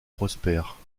prospère